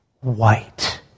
white